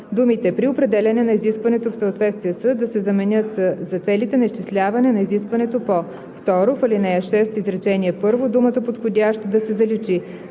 думите „при определяне на изискването в съответствие с“ да се заменят с „за целите на изчисляване на изискването по“. 2. В ал. 6, изречение първо думата „подходящ“ да се заличи.